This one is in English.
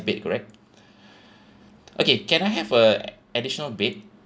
bed correct okay can I have a additional bed